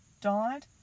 died